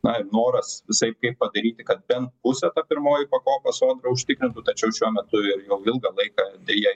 na ir noras visaip kaip padaryti kad bent pusę ta pirmoji pakopa sodra užtikrintų tačiau šiuo metu ir jau ilgą laiką deja